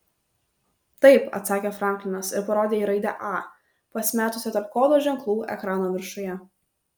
taip atsakė franklinas ir parodė į raidę a pasimetusią tarp kodo ženklų ekrano viršuje